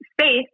space